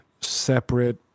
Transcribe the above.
separate